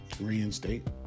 Reinstate